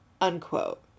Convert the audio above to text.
unquote